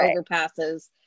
overpasses